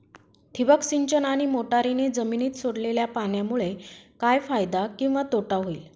ठिबक सिंचन आणि मोटरीने जमिनीत सोडलेल्या पाण्यामुळे काय फायदा किंवा तोटा होईल?